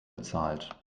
bezahlt